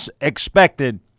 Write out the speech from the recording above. expected